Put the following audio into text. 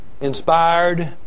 inspired